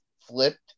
flipped